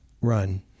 run